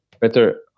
better